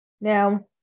Now